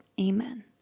Amen